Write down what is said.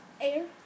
Air